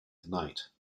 tonight